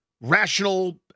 rational